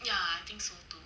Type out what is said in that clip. ya I think so too